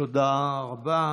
תודה רבה.